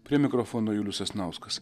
prie mikrofono julius sasnauskas